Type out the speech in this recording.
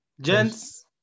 Gents